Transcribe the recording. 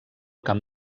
camp